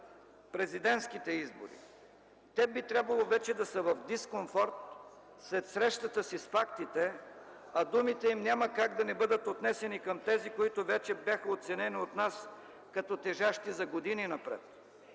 президентските избори. Те би трябвало вече да са в дискомфорт след срещата си с фактите, а думите им няма как да не бъдат отнесени към тези, които вече бяха оценени от нас като тежащи за години напред.